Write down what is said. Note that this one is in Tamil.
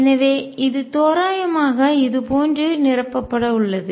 எனவே இது தோராயமாக இதுபோன்று நிரப்பப்பட உள்ளது